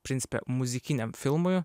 principe muzikiniam filmui